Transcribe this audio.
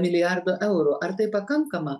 milijardo eurų ar tai pakankama